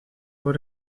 voor